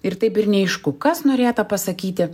ir taip ir neaišku kas norėta pasakyti